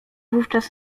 wówczas